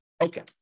Okay